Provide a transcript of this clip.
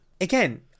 again